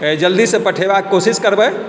जल्दी सँ पठेबाक कोशिश करबै